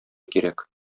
кирәк